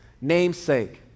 namesake